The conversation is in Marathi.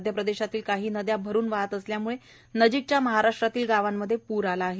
मध्य प्रदेशतील काही नद्या भरून वाहत असल्यामुळे नजीकच्या महाराष्ट्रातील गावांमध्ये पूर आला आहे